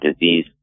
disease